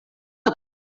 del